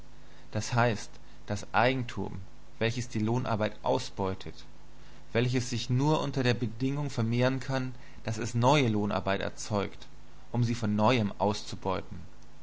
d h das eigentum welches die lohnarbeit ausbeutet welches sich nur unter der bedingung vermehren kann daß es neue lohnarbeit erzeugt um sie von neuem auszubeuten